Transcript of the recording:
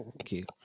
okay